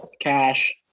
Cash